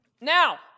Now